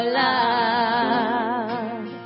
love